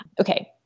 Okay